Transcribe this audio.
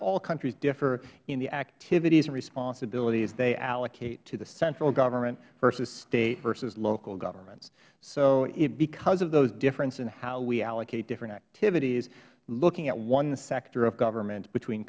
all countries differ in the activities and responsibilities they allocate to the central government versus state versus local governments so because of those difference in how we allocate different activities looking at one sector of government between